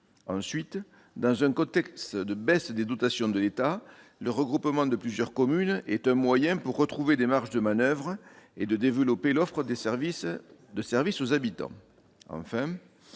Ensuite, dans un contexte de baisse des dotations de l'État, le regroupement de plusieurs communes est un moyen de retrouver des marges de manoeuvre et de développer l'offre de services aux habitants.